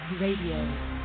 Radio